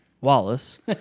Wallace